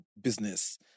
business